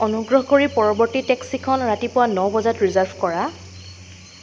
অনুগ্ৰহ কৰি পৰৱৰ্তী টেক্সিখন ৰাতিপুৱা ন বজাত ৰিজাৰ্ভ কৰা